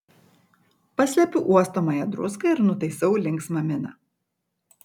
paslepiu uostomąją druską ir nutaisau linksmą miną